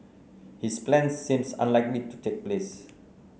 his plans seem unlikely to take place